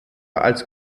als